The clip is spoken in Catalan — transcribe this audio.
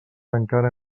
encara